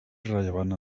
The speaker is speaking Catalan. irrellevant